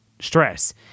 stress